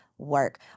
Work